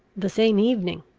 the same evening.